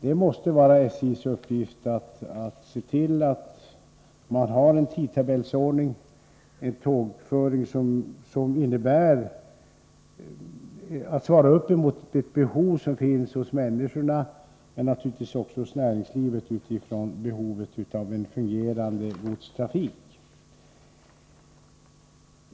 Det måste vara SJ:s uppgift att se till att man har en tidtabellsordning och en tågföring som svarar mot det behov som finns hos människorna, liksom en fungerande godstrafik som svarar mot det behov som finns hos näringslivet.